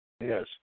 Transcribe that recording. Yes